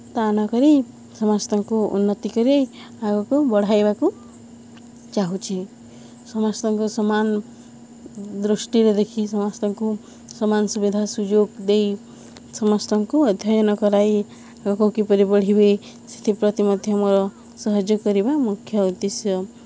ସ୍ଥାନ କରି ସମସ୍ତଙ୍କୁ ଉନ୍ନତି କରି ଆଗକୁ ବଢ଼ାଇବାକୁ ଚାହୁଁଛି ସମସ୍ତଙ୍କୁ ସମାନ ଦୃଷ୍ଟିରେ ଦେଖି ସମସ୍ତଙ୍କୁ ସମାନ ସୁବିଧା ସୁଯୋଗ ଦେଇ ସମସ୍ତଙ୍କୁ ଅଧ୍ୟୟନ କରାଇ ଆଗକୁ କିପରି ବଢ଼ିବେ ସେଥିପ୍ରତି ମଧ୍ୟ ମୋର ସହଯୋଗ କରିବା ମୁଖ୍ୟ ଉଦ୍ଦଶ୍ୟ